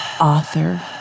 Author